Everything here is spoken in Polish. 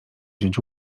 wziąć